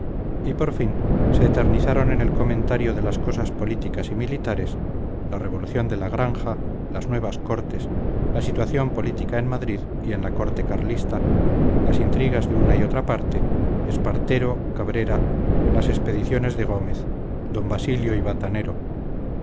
y por fin se eternizaron en el comentario de las cosas políticas y militares la revolución de la granja las nuevas cortes la situación política en madrid y en la corte carlista las intrigas de una y otra parte espartero cabrera las expediciones de gómez d basilio y batanero